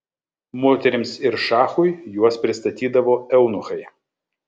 moterims ir šachui juos pristatydavo eunuchai